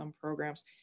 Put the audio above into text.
programs